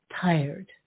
tired